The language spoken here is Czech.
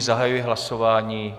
Zahajuji hlasování.